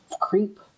creep